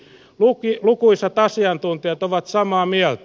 lukuisat asiantuntijat ovat samaa mieltä